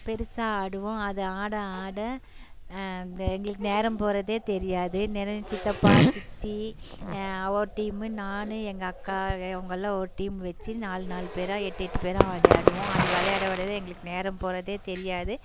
பெருசாக ஆடுவோம் அதை ஆட ஆட எங்களுக்கு நேரம் போகிறதே தெரியாது சித்தப்பா சித்தி ஒரு டீம்மு நான் எங்கள் அக்கா இவங்கள்லாம் ஒரு டீம் வெச்சு நாலு நாலு பேராக எட்டு எட்டு பேரா விளையாடுவோம் அது விளையாட விளையாட எங்களுக்கு நேரம் போகிறதே தெரியாது